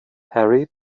harry